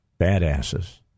Badasses